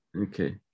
okay